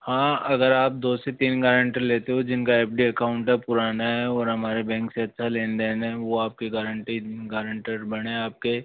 हाँ अगर आप दो से तीन गेरेंटर लेते हो जिनका एफ डी अकाउंट पुराना है और हमारे बैंक से अच्छा लेनदेन है वो आपकी गारंटी गेरेंटर बनें आपके